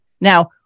Now